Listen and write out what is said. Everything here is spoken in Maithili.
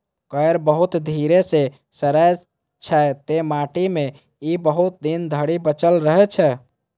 कॉयर बहुत धीरे सं सड़ै छै, तें माटि मे ई बहुत दिन धरि बचल रहै छै